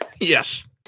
Yes